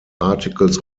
articles